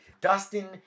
Dustin